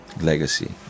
legacy